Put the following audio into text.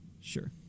Sure